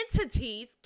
entities